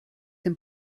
dem